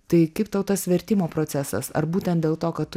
tai kaip tau tas vertimo procesas ar būtent dėl to kad tu